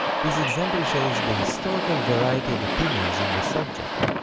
this example shows the historical variety of opinions on the subject.